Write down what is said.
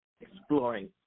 exploring